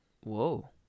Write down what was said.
Whoa